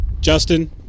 Justin